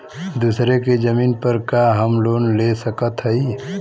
दूसरे के जमीन पर का हम लोन ले सकत हई?